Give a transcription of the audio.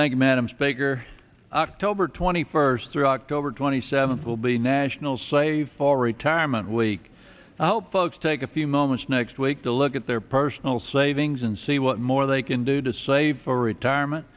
like a man bigger october twenty first through october twenty seventh will be national save for retirement week i hope folks take a few moments next week to look at their personal savings and see what more they can do to save for retirement